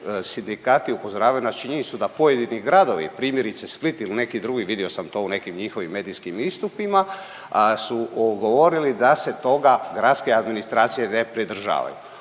sindikati upozoravaju na činjenicu da pojedini gradovi, primjerice Split ili neki drugi, vidio sam to u nekim njihovim medijskim istupima su govorili da se toga, gradske administracije ne pridržavaju.